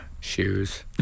shoes